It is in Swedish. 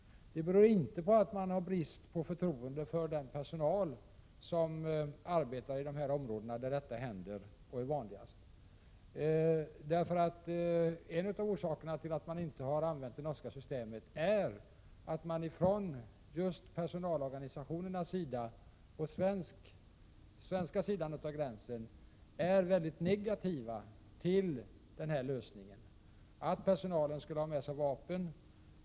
Det beror inte på att man har brist på förtroende för den personal som arbetar i de områden där detta händer och är vanligast. En av orsakerna till att man inte har använt det norska systemet är att de svenska personalorganisationerna är mycket negativa till den här lösningen, att personalen skulle ha med sig vapen.